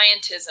scientism